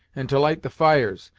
and to light the fires,